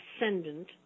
ascendant